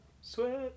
Sweat